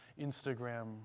Instagram